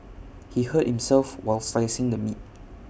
he hurt himself while slicing the meat